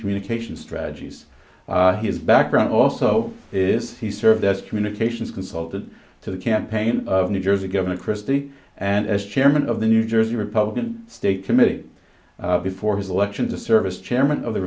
communication strategies his background also is he served as a communications consultant to the campaign of new jersey governor christie and as chairman of the new jersey republican state committee before his election to service chairman of the